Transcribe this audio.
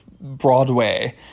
Broadway